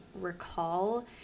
recall